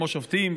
כמו שופטים,